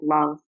love